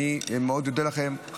אודה לכם מאוד,